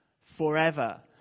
forever